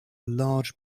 large